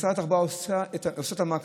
משרד התחבורה עושה את המקסימום,